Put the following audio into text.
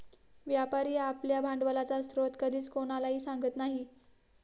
व्यापारी आपल्या भांडवलाचा स्रोत कधीच कोणालाही सांगत नाही